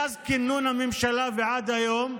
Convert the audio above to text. מאז כינון הממשלה ועד היום,